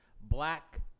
black